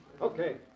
Okay